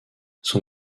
son